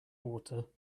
water